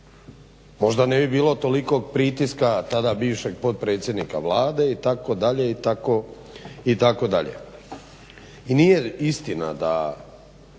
Možda ne bi bilo tolikog pritiska, tada bivšeg potpredsjednika Vlade itd. itd. I nije istina da,